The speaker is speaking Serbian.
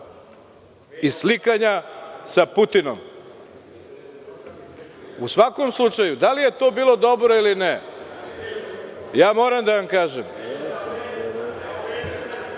i slikanja sa Putinom.U svakom slučaju, da li je to bilo dobro ili ne, moram da vam kažem…